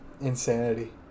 insanity